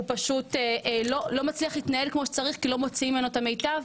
לא מצליח להתנהל כמו שצריך כי לא מוציאים ממנו את המיטב.